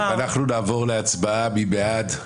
--- נצביע על הסתייגות 192. מי בעד?